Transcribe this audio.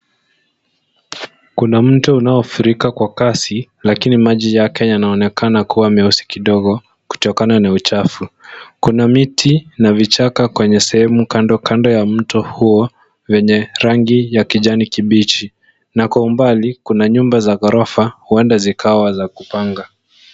Kuna mto unaofurika kwa kasi lakini maji yake yanaonekana kuwa meusi kidogo kutokana na uchafu. Kuna miti na vichaka kwenye sehemu kando kando ya mto huo wenye rangi ya kijani kibichi na kwa umbali kuna nyumba za ghorofa huenda zikawa za kupanga.